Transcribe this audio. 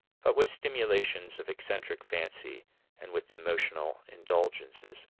but with stimulations of eccentric fancy and with emotional indulgences.